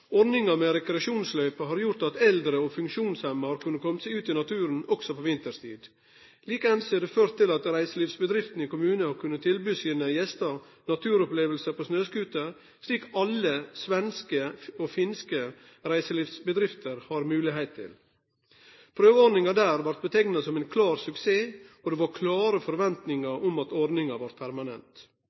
Ordninga med rekreasjonsløyper har gjort at eldre og funksjonshemma har kunna komme seg ut i naturen også på vinterstid. Like eins har det ført til at reiselivsbedriftene i kommunane har kunna tilby sine gjester naturopplevingar på snøscooter, slik alle svenske og finske reiselivsbedrifter har moglegheit til. Prøveordninga der blei omtala som ein klar suksess, og det var klare forventingar om at ordninga var permanent.